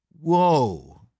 whoa